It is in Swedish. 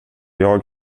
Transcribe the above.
jag